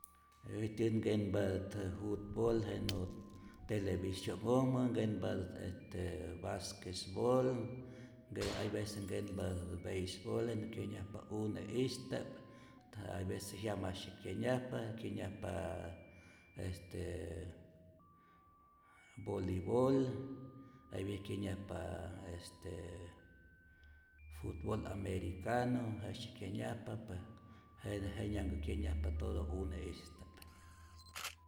Äjtyät nkenpatät je jutbol jenä television'ojmä, nkenpatät este basquesbol, hay vece nkenpatä beisbol jenä kyenyajpa une'ista'p, hay vece jyamasye kyenyajpa, kyenyajp estee bolibol, hay vece kyenyajpa este futbol americanu, jejtzye kyenyajpa pues jete jenyanhkä kyenyajpa todo une'ista'p.